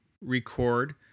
record